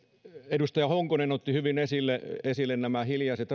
edustaja honkonen otti hyvin esille esille nämä hiljaiset